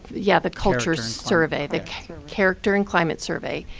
yeah the culture survey, the character and climate survey.